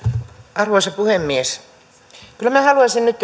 arvoisa puhemies kyllä minä haluaisin nyt